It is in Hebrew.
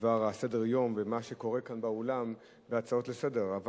בדבר סדר-היום ומה שקורה כאן באולם בהצעות לסדר-היום.